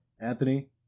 Anthony